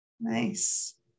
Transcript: Nice